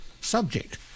subject